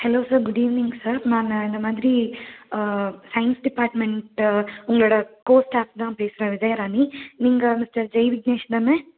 hello sir good evening sir நாங்கள் இந்தமாதிரி science department உங்களோட கோ ஸ்டாஃப் தான் பேசுகிறேன் விஜயராணி நீங்கள் மிஸ்டர் ஜெய்விக்னேஷ் தானே